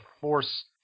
force